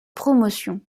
promotion